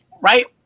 right